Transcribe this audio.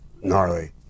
Gnarly